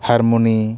ᱦᱟᱨᱢᱚᱱᱤ